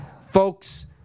Folks